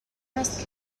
است